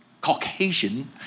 Caucasian